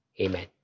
Amen